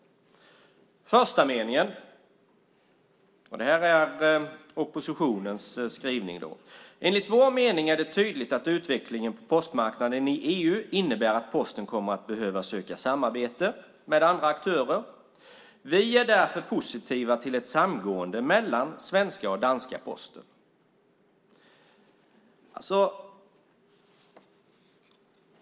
Den första meningen lyder - det här är oppositionens skrivning: "Enligt vår mening är det tydligt att utvecklingen på postmarknaden i EU innebär att Posten kommer att behöva söka samarbete med andra aktörer och vi är därför positiva till ett samgående mellan svenska och danska posten."